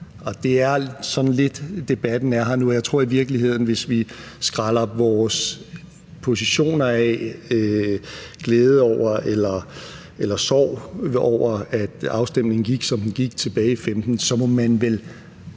Det er lidt på den måde, debatten er. Jeg tror i virkeligheden, at hvis vi skræller vores positioner væk – glæde eller sorg over, at afstemningen gik, som den gik tilbage i 2015 – så må man vel